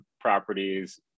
properties